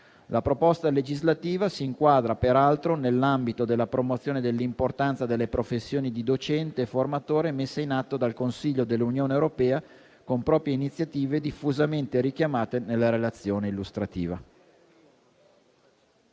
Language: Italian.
La proposta legislativa si inquadra peraltro nell'ambito della promozione dell'importanza delle professioni di docente e formatore messe in atto dal Consiglio dell'Unione europea, con proprie iniziative diffusamente richiamate nella relazione illustrativa.